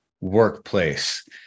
workplace